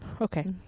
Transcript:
Okay